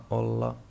olla